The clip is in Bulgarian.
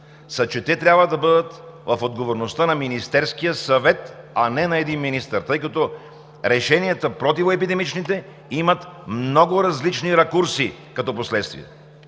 е, че те трябва да бъдат в отговорността на Министерския съвет, а не на един министър, тъй като противоепидемичните решения имат много различни ракурси като последствия.